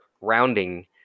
rounding